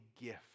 gift